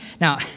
Now